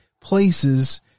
places